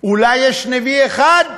אולי יש נביא אחד,